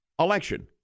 election